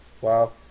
Wow